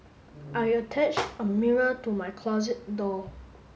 I attached a mirror to my closet door